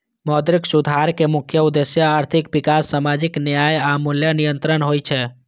मौद्रिक सुधारक मुख्य उद्देश्य आर्थिक विकास, सामाजिक न्याय आ मूल्य नियंत्रण होइ छै